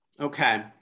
Okay